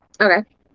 Okay